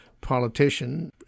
politician